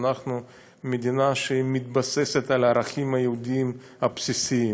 והמדינה מתבססת על הערכים היהודיים הבסיסיים,